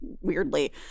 weirdly